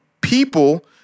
people